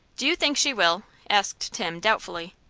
do you think she will? asked tim, doubtfully.